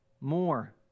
more